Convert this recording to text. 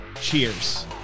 Cheers